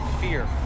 fear